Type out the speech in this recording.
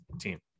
team